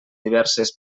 diverses